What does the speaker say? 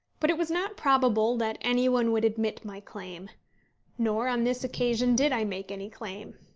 but it was not probable that any one would admit my claim nor on this occasion did i make any claim.